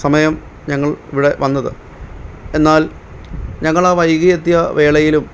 സമയം ഞങ്ങൾ ഇവിടെ വന്നത് എന്നാൽ ഞങ്ങൾ ആ വൈകി എത്തിയ വേളയിലും